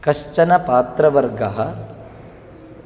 कश्चन पात्रवर्गः